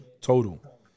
total